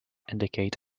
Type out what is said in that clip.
indicate